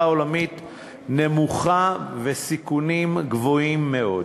עולמית נמוכה ובסיכונים גבוהים מאוד.